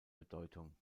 bedeutung